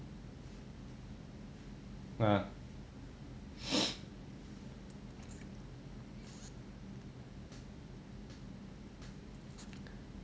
ah